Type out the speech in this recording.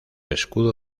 escudo